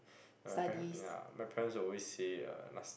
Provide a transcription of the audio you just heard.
my pa~ ya my parents will always say uh last